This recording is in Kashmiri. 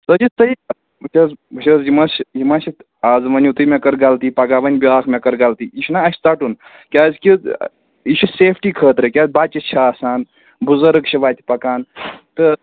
تُہۍ چھِ تُہی کران وُچھ حظ وُچھ حظ یہِ ما چھِ یہِ ما چھِ اَز ؤنِو تُہۍ مےٚ کٔر غلطی پَگاہ وۅنہِ بیٛاکھ مےٚ کٔر غلطی یہِ چھُنا اَسہِ ژَٹُن کیٛازِکہِ یہِ چھُ سیفٹی خٲطرٕ کیٛازِ بَچہِ چھِ آسان بُزرٕگ چھِ وَتہِ پَکان تہٕ